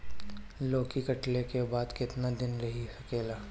लौकी कटले के बाद केतना दिन रही सकेला?